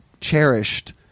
cherished